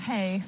Hey